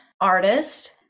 artist